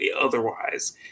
otherwise